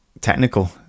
technical